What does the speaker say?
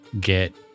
get